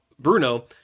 bruno